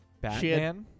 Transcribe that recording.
Batman